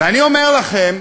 ואני אומר לכם,